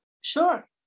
Sure